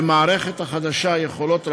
למערכת החדשה יכולות רבות: